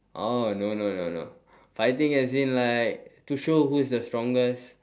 oh no no no no fighting as in like to show who's the strongest